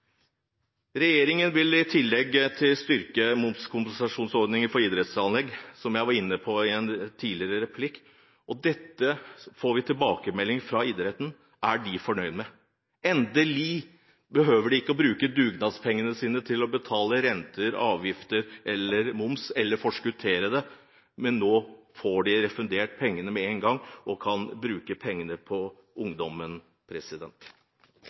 Regjeringen vil i tillegg styrke momskompensasjonsordningen for idrettsanlegg, som jeg var inne på i en replikk tidligere, og dette får vi tilbakemeldinger fra idretten om at de er fornøyd med. Endelig behøver de ikke bruke dugnadspengene sine til å betale renter, avgifter eller moms eller forskuttere det. Nå får de refundert pengene med en gang og kan bruke pengene på ungdommen.